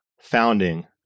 founding